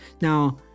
Now